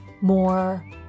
more